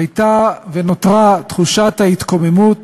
הייתה ונותרה תחושת ההתקוממות